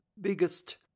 biggest